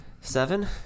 Seven